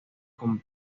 con